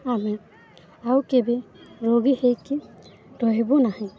ଆମେ ଆଉ କେବେ ରୋଗୀ ହୋଇକି ରହିବୁ ନାହିଁ